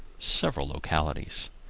several localities.